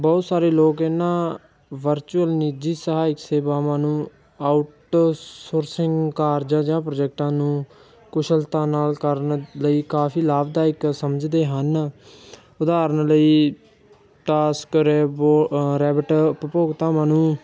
ਬਹੁਤ ਸਾਰੇ ਲੋਕ ਇਹਨਾਂ ਵਰਚੁਅਲ ਨਿੱਜੀ ਸਹਾਇਕ ਸੇਵਾਵਾਂ ਨੂੰ ਆਊਟਸੋਰਸਿੰਗ ਕਾਰਜਾਂ ਜਾਂ ਪ੍ਰੋਜੈਕਟਾਂ ਨੂੰ ਕੁਸ਼ਲਤਾ ਨਾਲ ਕਰਨ ਲਈ ਕਾਫੀ ਲਾਭਦਾਇਕ ਸਮਝਦੇ ਹਨ ਉਦਾਹਰਣ ਲਈ ਟਾਸਕਰੈਬਰੈਬਟ ਉਪਭੋਗਤਾਵਾਂ ਨੂੰ